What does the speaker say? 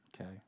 Okay